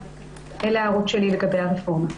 אלה ההערות שלי לגבי הרפורמה.